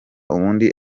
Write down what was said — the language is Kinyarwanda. ubundi